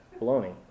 baloney